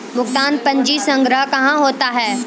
भुगतान पंजी संग्रह कहां होता हैं?